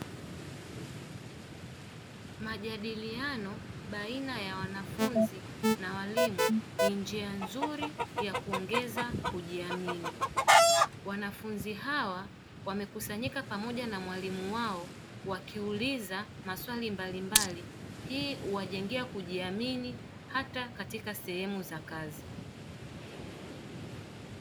Majadiliano baina ya wanafunzi na walimu ni njia nzuri ya kuongeza kujiamini, wanafunzi hawa wamekusanyika pamoja na mwalimu wao wakiuliza maswali mbalimbali. Hii huwajengea kujiamini hata katika sehemu za kazi.